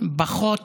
פחות